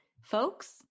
folks